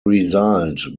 result